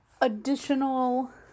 additional